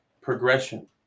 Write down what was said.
progression